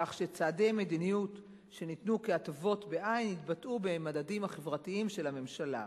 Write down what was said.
כך שצעדי מדיניות שניתנו כהטבות בעין יתבטאו במדדים החברתיים של הממשלה.